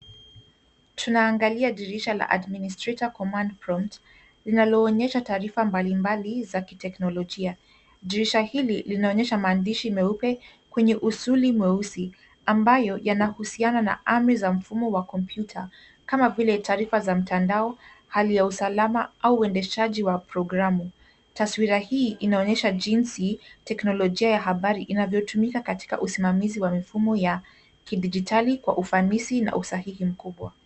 Tunaangalia dirisha la administrator command prompt linalooonyesha taarifa mbalimbali za kiteknolojia. Dirisha hili linaonyesha maandishi meupe kwenye usuli mweusi ambayo yanahusiana na amri za mfumo wa kompyuta kama vile hali ya mtandao, taarifa za usalama au uendeshaji wa programu. Taswira hii inaonyesha jinsi teknolojia ya habari inavyotumika katika usimamizi wa mifumo ya kidijitali kwa ufanisi na usahihi mkubwa.